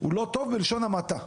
הוא לא טוב בלשון המעטה.